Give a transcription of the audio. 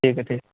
ٹھیک ہے ٹھیک ہے